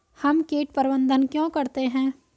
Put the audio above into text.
हम कीट प्रबंधन क्यों करते हैं?